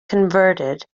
converted